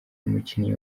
umukinnyi